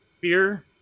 fear